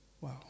Wow